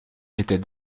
était